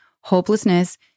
Hopelessness